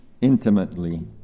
intimately